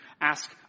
Ask